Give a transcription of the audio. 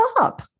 up